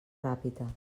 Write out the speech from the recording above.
ràpita